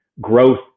growth